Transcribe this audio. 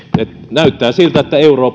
näyttää siltä että